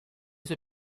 suoi